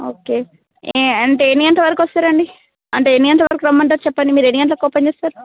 okay ఎ అంటే ఎన్ని గంటల వరకు వస్తుందండి అంటే ఎన్నిగంటల వరకు రమ్మంటారు చెప్పండి మీరు ఎన్ని గంటలకు ఓపెన్ చేస్తారు